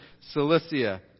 Cilicia